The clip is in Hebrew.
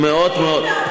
הם מאוד מאוד,